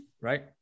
right